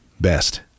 Best